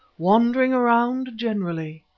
wandering around generally.